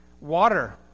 water